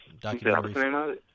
documentary